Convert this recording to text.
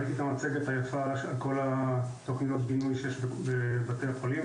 ראיתי את המצגת היפה של כל תוכניות הבינוי שיש בבתי החולים,